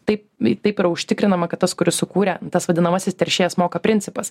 taip taip yra užtikrinama kad tas kuris sukūrė tas vadinamasis teršėjas moka principas